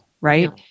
Right